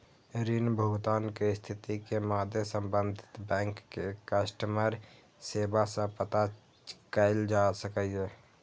ऋण भुगतान के स्थिति के मादे संबंधित बैंक के कस्टमर सेवा सं पता कैल जा सकैए